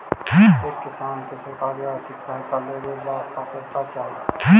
एक किसान के सरकारी आर्थिक सहायता लेवेला का पात्रता चाही?